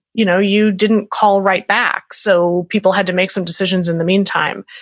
you know you didn't call right back so people had to make some decisions in the meantime,